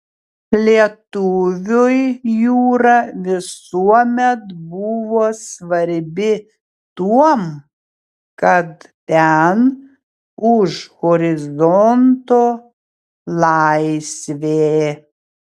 lietuviui jūra visuomet buvo svarbi tuom kad ten už horizonto laisvė